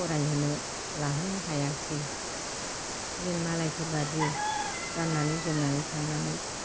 फरायहोनो लाहोनो हायासै दिन मालायफोर बायदि गाननानै जोमनानै थांनानै